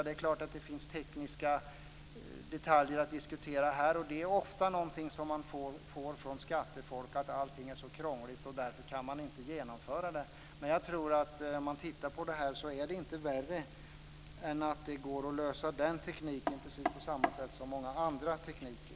Det är klart att det finns tekniska detaljer att diskutera. Man får ofta höra från skattefolk att allting är så krångligt och att man därför inte kan genomföra det. Men jag tror att om man tittar på det här är det inte värre än att det går att lösa den tekniken precis på samma sätt som många andra tekniker.